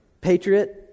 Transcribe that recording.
patriot